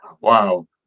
Wow